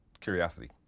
Curiosity